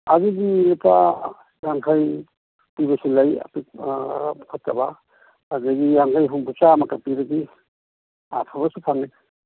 ꯑꯗꯨꯗꯤ ꯂꯨꯄꯥ ꯌꯥꯡꯈꯩ ꯄꯤꯕꯁꯨ ꯂꯩ ꯐꯠꯇꯕ ꯑꯗꯩꯒꯤ ꯌꯥꯡꯈꯩ ꯍꯨꯝꯐꯨ ꯆꯥꯃꯒ ꯄꯤꯔꯗꯤ ꯑꯐꯕꯁꯨ ꯐꯪꯏ